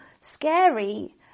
scary